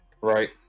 Right